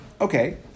okay